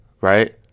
right